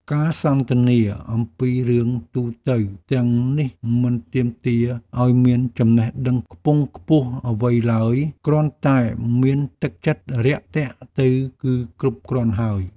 ការសន្ទនាអំពីរឿងទូទៅទាំងនេះមិនទាមទារឱ្យមានចំណេះដឹងខ្ពង់ខ្ពស់អ្វីឡើយ គ្រាន់តែមានទឹកចិត្តរាក់ទាក់ទៅគឺគ្រប់គ្រាន់ហើយ។